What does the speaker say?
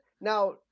now